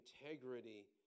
integrity